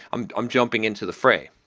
i'm i'm jumping into the fray.